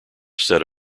set